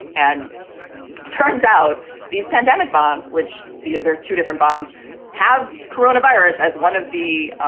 and turns out these pandemic bonds, which the other two different bonds have, coronavirus as one of the